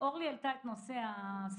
אורלי פרומן העלתה את נושא ההסעות.